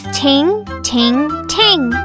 ting-ting-ting